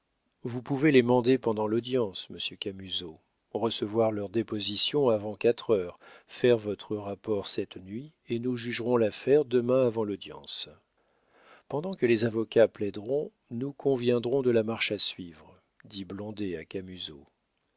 vous pouvez les mander pendant l'audience monsieur camusot recevoir leurs dépositions avant quatre heures faire votre rapport cette nuit et nous jugerons l'affaire demain avant l'audience pendant que les avocats plaideront nous conviendrons de la marche à suivre dit blondet à